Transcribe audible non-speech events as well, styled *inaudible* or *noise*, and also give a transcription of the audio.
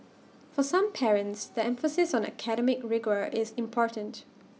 *noise* for some parents the emphasis on academic rigour is important